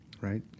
Right